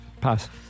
Pass